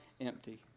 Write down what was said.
empty